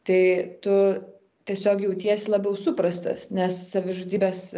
tai tu tiesiog jautiesi labiau suprastas nes savižudybės